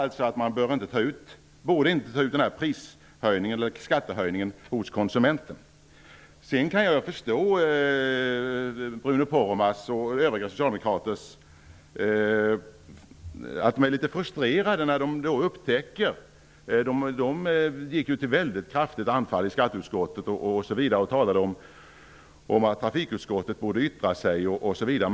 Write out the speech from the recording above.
Postbolagen gör ju en rationaliseringsvinst. Jag kan förstå att Bruno Poromaa och övriga socialdemokrater är litet frustrerade. De gick ju till mycket kraftigt anfall i skatteutskottet. De talade om att trafikutskottet borde yttra sig osv.